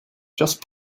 just